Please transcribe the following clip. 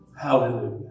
Hallelujah